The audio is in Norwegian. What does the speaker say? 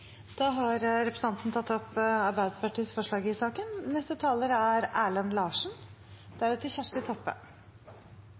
Da har representanten Tuva Moflag tatt opp Arbeiderpartiets forslag i saken.